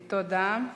תודה.